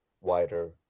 wider